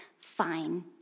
fine